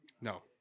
No